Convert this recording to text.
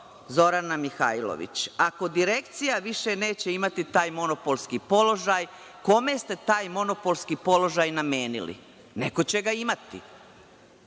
Zorana Mihajlović, ako direkcija više neće imati taj monopolski položaj, kome ste taj monopolski položaj namenili? Neko će ga imati.